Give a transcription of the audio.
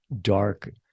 dark